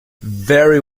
very